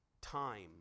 time